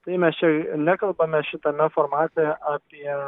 tai mes čia nekalbam šitame formate apie